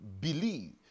believe